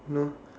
no